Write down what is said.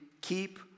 keep